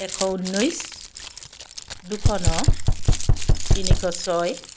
এশ ঊনৈছ দুশ ন তিনিশ ছয়